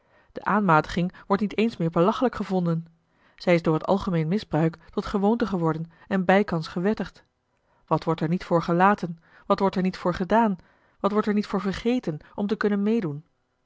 de aanmatiging wordt niet eens meer belachelijk gevonden zij is door het algemeen misbruik tot gewoonte geworden en bijkans gewettigd wat wordt er niet voor gelaten wat wordt er niet voor gedaan wat wordt er niet voor vergeten om te kunnen meedoen